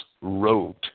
wrote